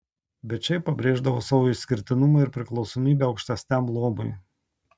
bet šiaip pabrėždavo savo išskirtinumą ir priklausomybę aukštesniam luomui